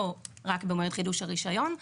לא רק במועד חידוש הרישיון,